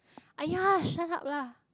!aiya! shut up lah